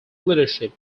leadership